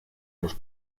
los